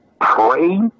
pray